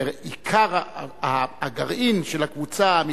שעיקר הגרעין של הקבוצה, האמיתי,